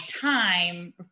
time